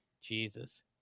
Jesus